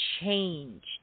changed